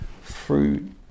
fruit